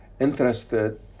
interested